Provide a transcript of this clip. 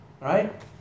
Right